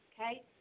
okay